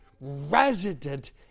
resident